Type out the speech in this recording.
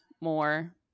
more